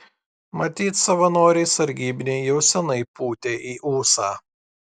matyt savanoriai sargybiniai jau seniai pūtė į ūsą